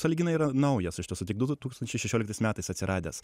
sąlyginai yra naujas iš tiesų tik du du tūkstančiai šešioliktais metais atsiradęs